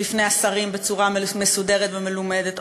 בפני השרים בצורה מסודרת ומלומדת?